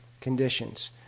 conditions